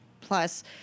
Plus